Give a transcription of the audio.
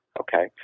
Okay